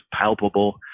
palpable